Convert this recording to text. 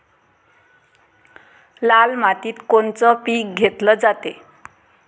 लाल मातीत कोनचं पीक घेतलं जाते?